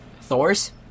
Thors